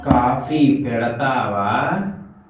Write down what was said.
coffee పెడతావా